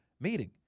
meeting